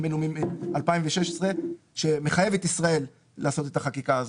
בינלאומי משנת 2016 שמחייב את ישראל לעשות את החקיקה הזאת.